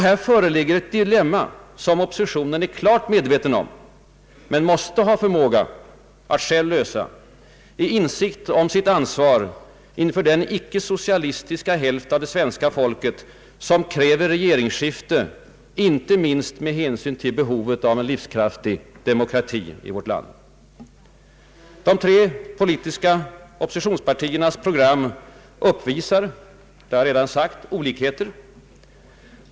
Här föreligger ett dilemma som oppositionen är klart medveten om men måste ha förmåga att själv lösa med insikt om sitt ansvar inför den icke-socialistiska hälft av det svenska folket som kräver regeringsskifte, inte minst med hänsyn till behovet av en livskraftig demokrati i vårt land. De tre politiska oppositionspartiernas program uppvisar, som jag redan har sagt, olikheter.